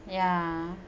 ya